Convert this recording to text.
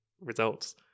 results